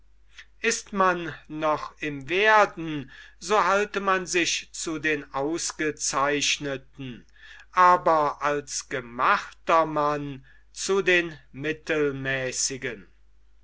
ist man noch im werden so halte man sich zu den ausgezeichneten aber als gemachter mann zu den mittelmäßigen